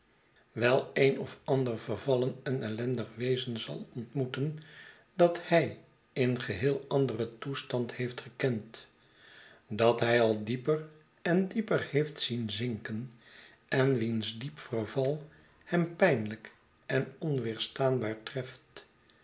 wel een of ander vervallen en ellendig wezen zal ontmoeten dat hij in geheel anderen toestand heeft gekend dat hij al dieper en dieper heeft zien zinken en wiens diep verval hem pijnlijk en onweerstaanbaar treft